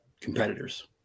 competitors